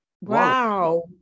wow